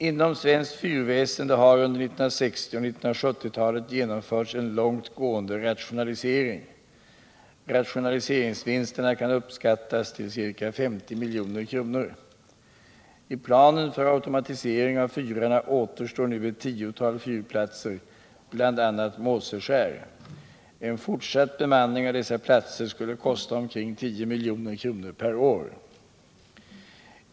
Inom svenskt fyrväsende har under 1960 och 1S70-talen genomförts en långt gående rationalisering. Rationaliseringsvinsterna kan uppskattas till ca 50 milj.kr. I planen för automatisering av fyrarna återstår nu ett tiotal fyrplatser, bl.a. Måseskär. En fortsatt bemanning av dessa platser skulle kosta omkring 10 milj.kr. per år.